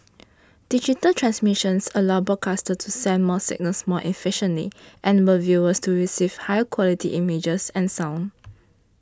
digital transmissions allow broadcasters to send more signals more efficiently enable viewers to receive higher quality images and sound